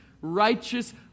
righteous